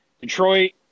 Detroit